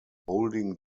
holding